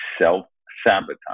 self-sabotage